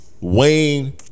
Wayne